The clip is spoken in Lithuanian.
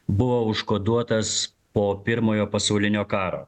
buvo užkoduotas po pirmojo pasaulinio karo